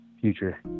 future